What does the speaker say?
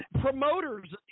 promoters